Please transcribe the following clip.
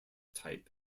type